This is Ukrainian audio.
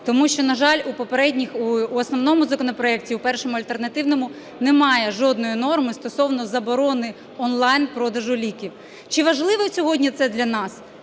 у попередніх, у основному законопроекті і в першому альтернативному, немає жодної норми стосовно заборони онлайн-продажу ліків. Чи важливо сьогодні це для нас?